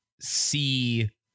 see